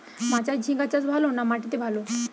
মাচায় ঝিঙ্গা চাষ ভালো না মাটিতে ভালো?